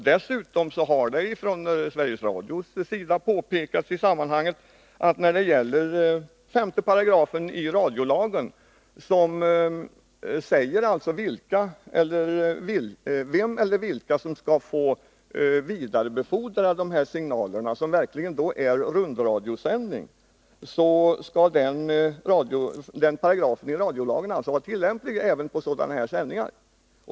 Dessutom har Sveriges Radio i sammanhanget påpekat att 5 § radiolagen, där det sägs vem eller vilka som skall vidarebefordra de här signalerna, vilket då är rundradiosändning, skall vara tillämplig även på sådana här sändningar.